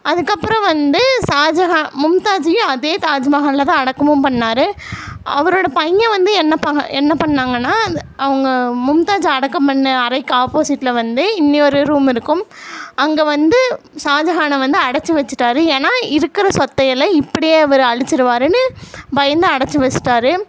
அதுக்கப்புறம் வந்து ஷாஜஹான் மும்தாஜ்ஜையும் அதே தாஜ்மஹாலில் தான் அடக்கமும் பண்ணிணாரு அவரோட பையன் வந்து என்ன ப என்ன பண்ணாங்கன்னால் அந்த அவங்க மும்தாஜை அடக்கம் பண்ண அறைக்கு ஆப்போசிட்டில் வந்து இன்னொரு ரூம் இருக்கும் அங்கே வந்து ஷாஜஹான வந்து அடைச்சி வச்சிட்டார் ஏன்னால் இருக்கிற சொத்தையெல்லாம் இப்படியே இவரு அழிச்சிடுவாருன்னு பயந்து அடைச்சி வச்சிட்டார்